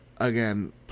again